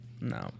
No